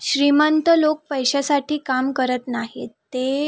श्रीमंत लोक पैश्यासाठी काम करत नाही ते